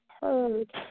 heard